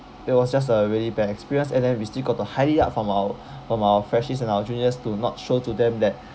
that was just a really bad experience and then we still got hide it out from our from our freshies and our juniors to not show to them that